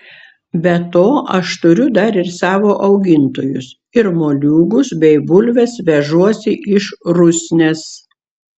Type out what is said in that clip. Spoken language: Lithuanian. be to aš turiu dar ir savo augintojus ir moliūgus bei bulves vežuosi iš rusnės